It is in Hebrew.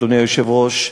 אדוני היושב-ראש,